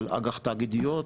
על אג"ח תאגידיות,